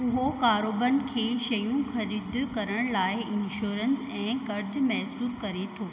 उहो कारोबन खे शयूं ख़रीद करण लाइ इंशोरन्स ऐं कर्ज़ु मुयसरु करे थो